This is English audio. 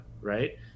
Right